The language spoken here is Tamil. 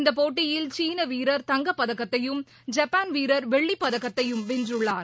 இந்த போட்டியில் சீனா வீரர் தங்கப் பதக்கத்தையும் ஐப்பாள் வீரர் பெள்ளிப் பதக்கத்தையும் வென்றுள்ளார்